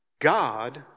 God